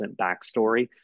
backstory